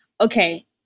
okay